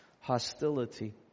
hostility